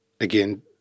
again